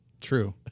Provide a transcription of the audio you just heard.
True